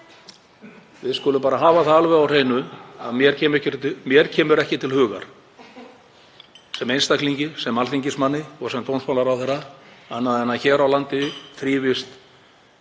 skulum bara hafa það alveg á hreinu að mér kemur ekki til hugar sem einstaklingi, sem alþingismanni og sem dómsmálaráðherra annað en að hér á landi þrífist